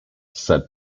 said